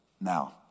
Now